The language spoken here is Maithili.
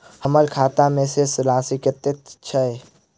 हम्मर खाता मे शेष राशि कतेक छैय?